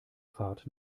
fahrt